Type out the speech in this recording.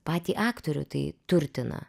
patį aktorių tai turtina